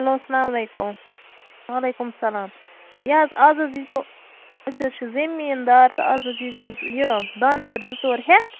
hello اسلامُ علیکُم وعلیکُم سَلام یہِ حظ اَز حظ ییٖزیٚو أسۍ حظ چھِ زٔمیٖن دار تہٕ اَز حظ ییٖزیٚو یہِ دانٛدٕ ہوٚرِ زٕ ژور ہٮ۪تھ